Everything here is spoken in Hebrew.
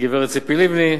הגברת ציפי לבני.